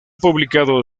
publicado